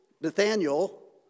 Nathaniel